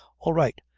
all right.